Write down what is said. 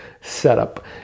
setup